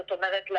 זאת אומרת,